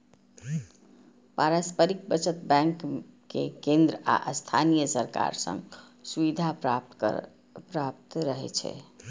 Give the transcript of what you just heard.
पारस्परिक बचत बैंक कें केंद्र आ स्थानीय सरकार सं सुविधा प्राप्त रहै छै